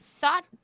thought